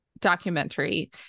documentary